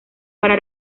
para